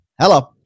Hello